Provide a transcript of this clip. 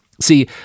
See